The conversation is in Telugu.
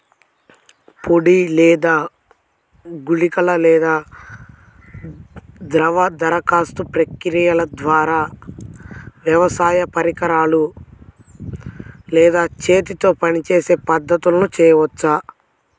పొడి లేదా గుళికల లేదా ద్రవ దరఖాస్తు ప్రక్రియల ద్వారా, పెద్ద వ్యవసాయ పరికరాలు లేదా చేతితో పనిచేసే పద్ధతులను చేయవచ్చా?